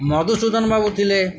Madhusudan ବାବୁଥିଲେ